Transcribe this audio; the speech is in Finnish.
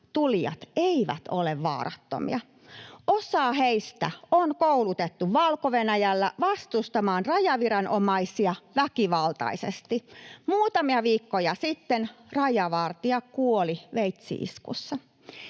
tulijat eivät ole vaarattomia: Osa heistä on koulutettu Valko-Venäjällä vastustamaan rajaviranomaisia väkivaltaisesti. Muutamia viikkoja sitten rajavartija kuoli veitsi-iskussa.